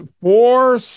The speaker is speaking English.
four